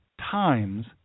times